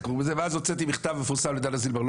הוצאתי מכתב מפורסם לדינה זילבר,